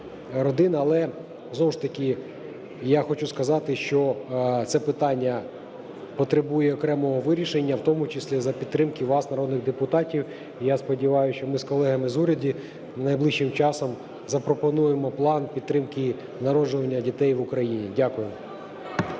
Але, знову ж таки, я хочу сказати, що це питання потребує окремого вирішення, в тому числі за підтримки вас, народних депутатів, і я сподіваюся, що ми з колегами з уряду найближчим часом запропонуємо план підтримки народжування дітей в Україні. Дякую.